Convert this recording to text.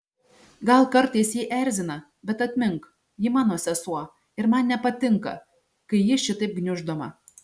gal kartais ji erzina bet atmink ji mano sesuo ir man nepatinka kai ji šitaip gniuždoma